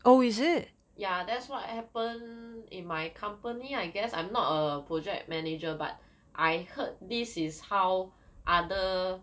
ya that's what happen in my company I guess I'm not a project manager but I heard this is how other